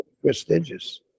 prestigious